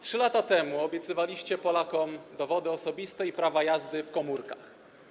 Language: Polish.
3 lata temu obiecywaliście Polakom dowody osobiste i prawa jazdy w komórkach.